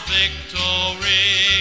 victory